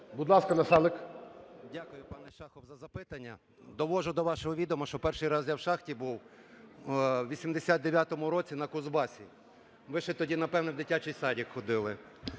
Дякую, пане Шахов за запитання. Довожу до вашого відома, що перший раз я в шахті був в 89-му році на Кузбасі, ви ще тоді, напевно, в дитячий садок ходили.